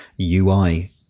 UI